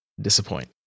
disappoint